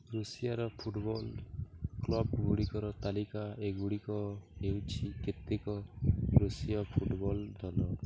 ରୁଷିଆର football club ଗୁଡ଼ିକର ତାଲିକା ଏଗୁଡ଼ିକ ହେଉଛି କେତେକ ରୁଷୀୟ ଫୁଟ୍ବଲ୍ ଦଳ